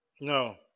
no